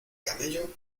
camello